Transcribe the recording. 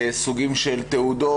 סוגים של תעודות.